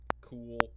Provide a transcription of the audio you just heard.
cool